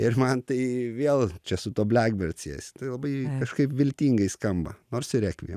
ir man tai vėl čia su tuo black mercies tai labai kažkaip viltingai skamba nors ir rekviem